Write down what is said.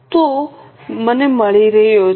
તું મને મળી રહ્યો છે